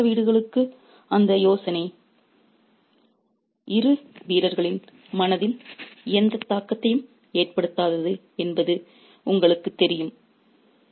அடிமைப்படுத்தப்பட்ட வீடுகளுக்கு அந்த யோசனை இரு வீரர்களின் மனதில் எந்த தாக்கத்தையும் ஏற்படுத்தாது என்பது உங்களுக்குத் தெரியும்